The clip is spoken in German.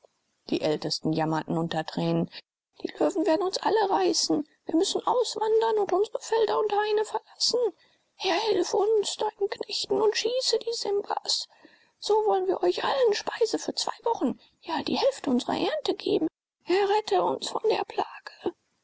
die ältesten jammerten unter tränen die löwen werden uns alle reißen wir müssen auswandern und unsre felder und haine verlassen herr hilf uns deinen knechten und schieße die simbas so wollen wir euch allen speise für zwei wochen ja die hälfte unsrer ernte geben errette uns von der plage